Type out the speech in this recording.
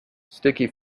sticky